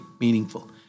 meaningful